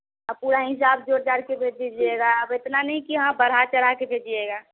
पूरा हिसाब जोड़ जाड़कर भेज दीजिएगा आप इतना नहीं कि हाँ बढ़ा चढ़ाकर भेजिएगा